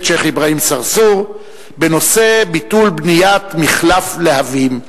שיח' אברהים צרצור בנושא: ביטול בניית מִחלף להבים.